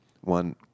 One